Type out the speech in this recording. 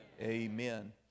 Amen